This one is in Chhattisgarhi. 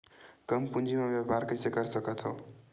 कम पूंजी म व्यापार कइसे कर सकत हव?